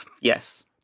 Yes